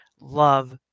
love